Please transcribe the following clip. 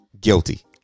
guilty